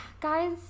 Guys